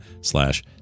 slash